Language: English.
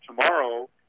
tomorrow